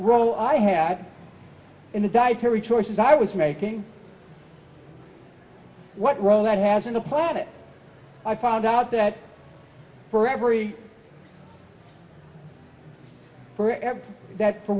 role i had in the dietary choices i was making what role that has in the planet i found out that for every for ever that for